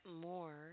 more